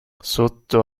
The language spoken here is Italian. sotto